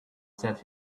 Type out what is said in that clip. said